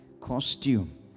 costume